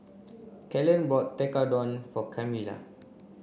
Kalen bought Tekkadon for Camilla